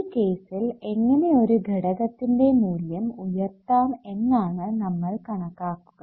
ഈ കേസ്സിൽ എങ്ങനെ ഒരു ഘടകത്തിന്റെ മൂല്യം ഉയർത്താം എന്നാണ് നമ്മൾ കണക്കാക്കുക